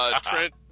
Trent